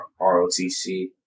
ROTC